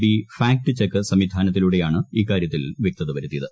B fact check സംവിധാനത്തിലൂടെയാണ് ഇക്കാര്യത്തിൽ വ്യക്തത വരുത്തിയത്